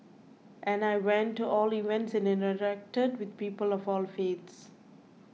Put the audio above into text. and I went to all events and interacted with people of all faiths